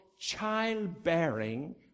childbearing